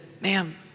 ma'am